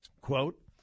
quote